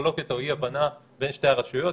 מחלוקת או אי-הבנה בין שתי הרשויות.